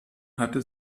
hatte